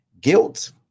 guilt